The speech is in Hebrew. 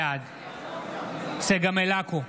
בעד צגה מלקו,